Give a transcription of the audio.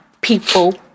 people